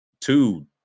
Two